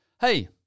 hey